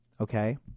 Okay